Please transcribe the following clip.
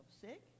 sick